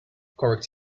correct